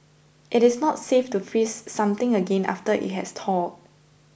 it is not safe to freeze something again after it has thawed